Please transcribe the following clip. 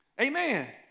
Amen